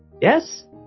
Yes